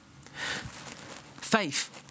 Faith